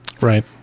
Right